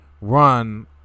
run